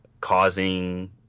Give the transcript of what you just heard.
causing